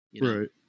right